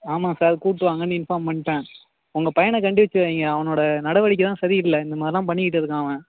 ஆமாம் சார் கூப்பிட்டு வாங்கன்னு இன்ஃபார்ம் பண்ணிவிட்டேன் உங்கள் பையனை கண்டித்து வையுங்க அவனோடய நடவடிக்கைலாம் சரியில்லை இந்தமாதிரிலாம் பண்ணிவிட்டு இருக்கான் அவன்